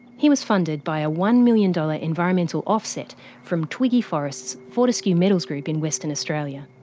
he was funded by a one million dollar environmental offset from twiggy forrest's fortescue metals group in western australia.